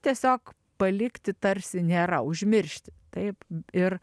tiesiog palikti tarsi nėra užmiršti taip ir